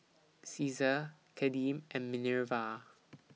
Caesar Kadeem and Minerva